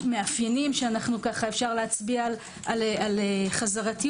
המאפיינים שאפשר להצביע על חזרתיות,